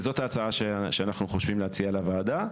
זאת ההצעה שאנחנו חושבים להציע לוועדה.